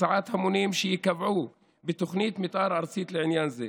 הסעת המונים שייקבעו בתוכנית מתאר ארצית לעניין זה.